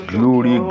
Glory